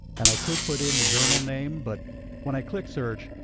and i could put in the journal name, but when i click search,